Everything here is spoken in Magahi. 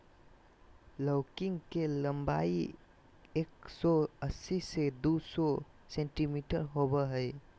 लौकी के लम्बाई एक सो अस्सी से दू सो सेंटीमिटर होबा हइ